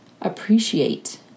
appreciate